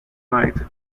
night